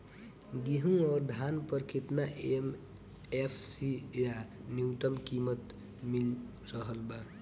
गेहूं अउर धान पर केतना एम.एफ.सी या न्यूनतम कीमत मिल रहल बा?